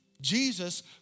Jesus